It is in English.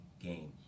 game